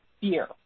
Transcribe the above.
fear